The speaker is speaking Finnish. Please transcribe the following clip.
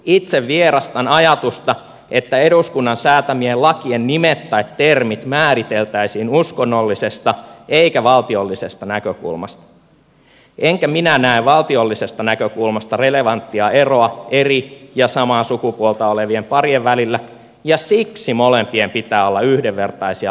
itse vierastan ajatusta että eduskunnan säätämien lakien nimet tai termit määriteltäisiin uskonnollisesta eikä valtiollisesta näkökulmasta enkä minä näe valtiollisesta näkökulmasta relevanttia eroa eri ja samaa sukupuolta olevien parien välillä ja siksi molempien pitää olla yhdenvertaisia lain edessä